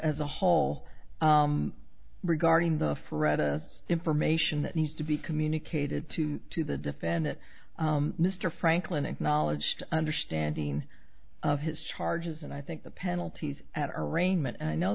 as a whole regarding the fred as information that needs to be communicated to to the defendant mr franklin acknowledged understanding of his charges and i think the penalties at arraignment and i know